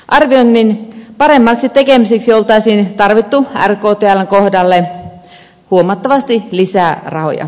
arvioinnin paremmaksi tekemiseksi olisi tarvittu rktln kohdalle huomattavasti lisää varoja